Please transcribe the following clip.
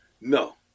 No